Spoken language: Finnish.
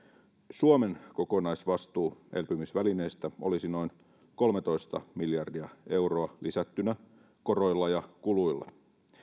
suomen kokonaisvastuu elpymisvälineestä olisi noin kolmetoista miljardia euroa lisättynä koroilla ja kuluilla